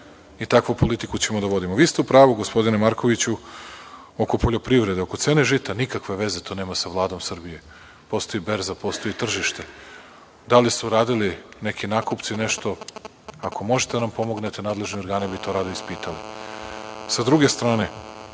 i takvu ćemo politiku da vodimo. Vi ste u pravu gospodine Markoviću oko poljoprivrede. Oko cene žita, nikakve veze nema to sa Vladom Srbije. Postoji berza, postoji tržište. Da li su radili neki nakupci nešto, ako možete da nam pomognete, nadležni organi bi to rado ispitali. Sa druge strane,